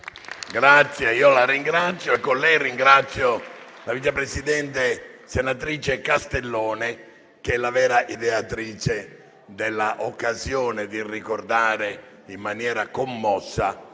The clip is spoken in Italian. Senatrice, io la ringrazio e con lei ringrazio la vice presidente Castellone, che è la vera ideatrice dell'occasione di ricordare in maniera commossa